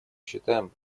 считаем